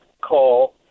call